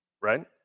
Right